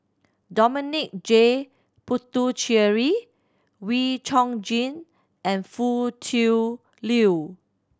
Dominic J Puthucheary Wee Chong Jin and Foo Tui Liew